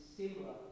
similar